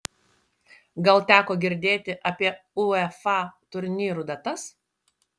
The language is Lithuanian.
gal teko girdėti apie uefa turnyrų datas